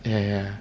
yeah yeah